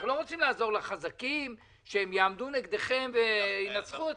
ולא רוצים לעזור לחזקים שהם יעמדו נגדכם וינצחו אתכם.